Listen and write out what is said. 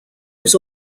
was